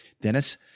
Dennis